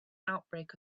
outbreak